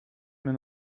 mir